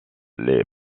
les